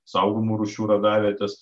saugomų rūšių radavietes